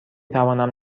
توانم